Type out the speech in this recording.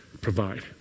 provide